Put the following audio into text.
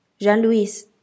Jean-Louis